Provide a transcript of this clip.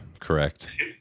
Correct